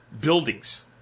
buildings